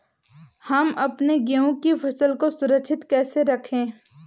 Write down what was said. हम अपने गेहूँ की फसल को सुरक्षित कैसे रखें?